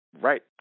right